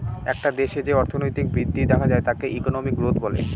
একটা দেশে যে অর্থনৈতিক বৃদ্ধি দেখা যায় তাকে ইকোনমিক গ্রোথ বলে